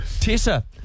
Tessa